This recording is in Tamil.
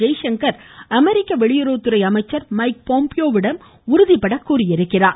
ஜெய்சங்கர் அமெரிக்க வெளியுறவுத்துறை அமைச்சர் மைக் பாம்பியோவிடம் உறுதிபட தெரிவித்திருக்கிறார்